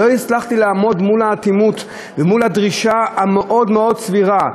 לא הצלחתי לעמוד מול האטימות מול הדרישה המאוד-מאוד סבירה.